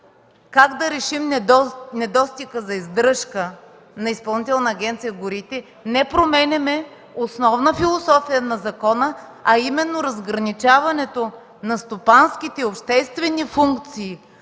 как да решим недостига за издръжката на Изпълнителната агенция по горите, не променяме основната философия на закона, а именно разграничаването на стопанските и обществени функции